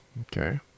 Okay